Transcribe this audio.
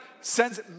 sends